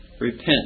repent